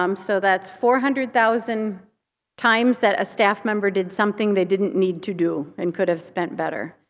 um so that's four hundred thousand times that a staff member did something they didn't need to do and could have spent better,